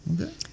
okay